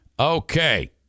Okay